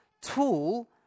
tool